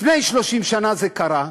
לפני 30 שנה זה קרה.